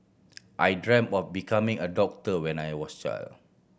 I dreamt of becoming a doctor when I was child